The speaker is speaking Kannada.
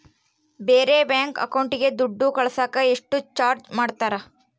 ಬೇರೆ ಬ್ಯಾಂಕ್ ಅಕೌಂಟಿಗೆ ದುಡ್ಡು ಕಳಸಾಕ ಎಷ್ಟು ಚಾರ್ಜ್ ಮಾಡತಾರ?